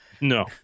no